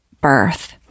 birth